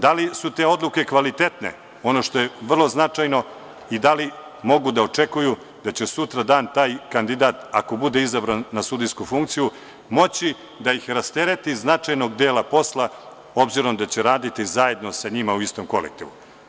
Da li su te odluke kvalitetne, ono što je vrlo značajno i da li mogu da očekuju da će sutradan taj kandidat ako bude izabran na sudijsku funkciju moći da ih rastereti značajnog dela posla obzirom da će raditi zajedno sa njima u istom kolektivu.